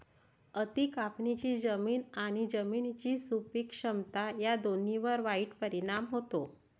अति कापणीचा जमीन आणि जमिनीची सुपीक क्षमता या दोन्हींवर वाईट परिणाम होतो